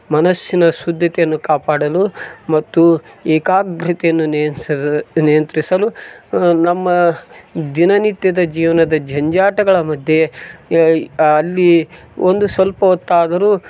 ಮನಸ್ಸಿನ ಶುದ್ಧತೆಯನ್ನು ಕಾಪಾಡಲು ಮತ್ತು ಏಕಾಗ್ರತೆಯನ್ನು ನಿಯಂತ್ರಿಸಲು ನಮ್ಮ ದಿನನಿತ್ಯದ ಜೀವನದ ಜಂಜಾಟಗಳ ಮಧ್ಯೆ ಅಲ್ಲಿ ಒಂದು ಸ್ವಲ್ಪ ಹೊತ್ತಾದರೂ